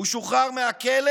הוא שוחרר מהכלא